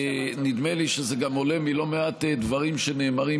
ונדמה לי שזה גם עולה מלא מעט דברים שנאמרים